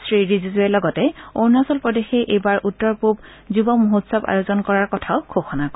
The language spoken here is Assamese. শ্ৰী ৰিজিজুৱে লগতে অৰুণাচল প্ৰদেশে এইবাৰ উত্তৰ পূব যুৱ মহোৎসৱ আয়োজন কৰাৰ কথাও ঘোষণা কৰে